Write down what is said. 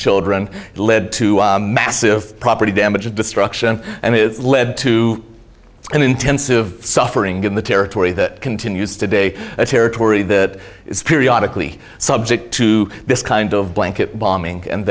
children led to massive property damage and destruction and it led to an intensive suffering in the territory that continues today a territory that is periodically subject to this kind of blanket bombing